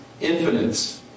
infinite